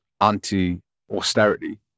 anti-austerity